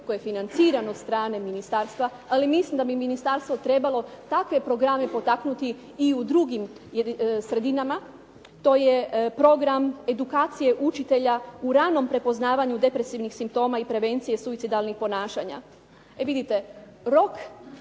koji je financiran od strane ministarstva, ali mislim da bi ministarstvo trebalo takve programe potaknuti i u drugim sredinama. To je program edukacije učitelja u ranom prepoznavanju depresivnih simptoma i prevencije suicidalnih ponašanja. E vidite, rok,